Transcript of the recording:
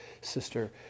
sister